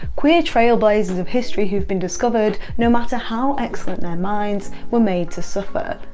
queer trailblazers of history who've been discovered, no matter how excellent their minds, were made to suffer.